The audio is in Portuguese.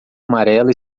amarela